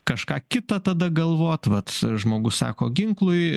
kažką kita tada galvot vat žmogus sako ginklui